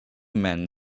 men